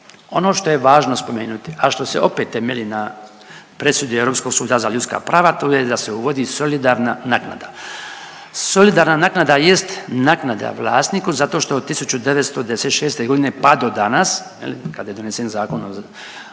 Ono što je važno spomenuti, a što se opet temelji na presudi Europskog suda za ljudska prava to je da se uvodi solidarna naknada. Solidarna naknada jest naknada vlasniku zato što od 1996. godine pa do danas kada je donesen Zakon o